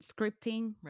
scripting